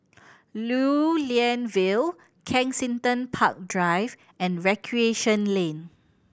Lew Lian Vale Kensington Park Drive and Recreation Lane